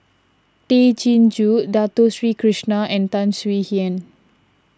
Tay Chin Joo Dato Sri Krishna and Tan Swie Hian